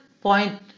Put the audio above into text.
point